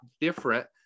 different